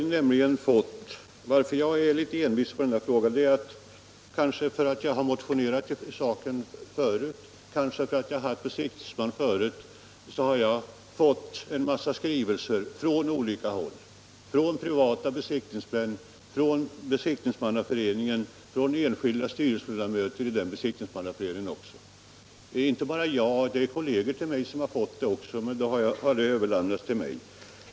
Anledningen till att jag är litet envis är kanske att jag har motionerat i frågan förut, kanske att jag tidigare varit besiktningsman och fått en mängd skrivelser från olika håll — från privata besiktningsmän, från Besiktningsmannaföreningen och från enskilda styrelseledamöter i den för eningen. Det är inte bara jag som har fått skrivelser utan även kolleger Nr 26 till mig, och materialet har överlämnats till mig.